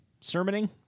sermoning